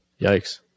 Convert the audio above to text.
Yikes